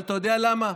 אבל אתה יודע למה?